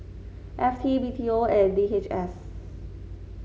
F T B T O and D H S